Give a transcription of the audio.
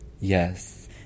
Yes